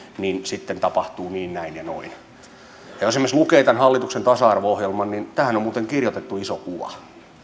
niin sitten tapahtuu niin näin ja noin jos esimerkiksi lukee tämän hallituksen tasa arvo ohjelman niin tähän on muuten kirjoitettu iso kuva